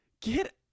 Get